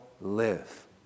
live